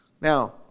Now